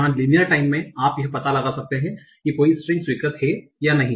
जहां linear time में आप यह पता लगा सकते हैं कि कोई स्ट्रिंग स्वीकृत है या नहीं